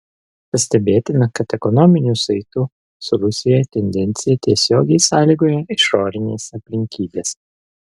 pastebėtina kad ekonominių saitų su rusija tendencija tiesiogiai sąlygoja išorinės aplinkybės